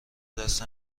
دست